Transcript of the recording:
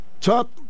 Top